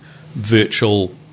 Virtual